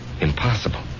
impossible